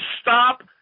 Stop